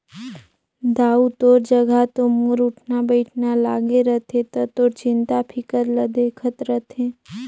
दाऊ तोर जघा तो मोर उठना बइठना लागे रथे त तोर चिंता फिकर ल देखत रथें